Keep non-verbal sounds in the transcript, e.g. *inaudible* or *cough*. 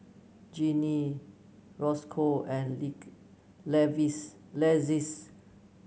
Jenni Rosco and *unintelligible* Lexis